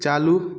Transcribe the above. चालू